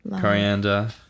coriander